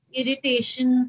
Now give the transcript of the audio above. irritation